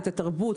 את התרבות,